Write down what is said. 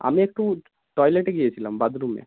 আমি একটু টয়লেটে গিয়েছিলাম বাথরুমে